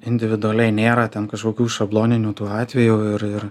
individualiai nėra ten kažkokių šabloninių tų atvejų ir ir